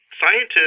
scientists